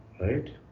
right